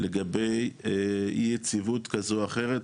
לגבי אי יציבות כזו או אחרת,